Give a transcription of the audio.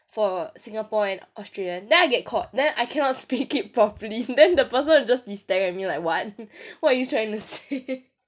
for singapore and australia then I get caught then I cannot speak it properly then the person will just be staring at me like what what are you trying to say